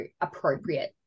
appropriate